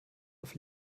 auf